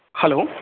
hello